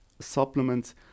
supplements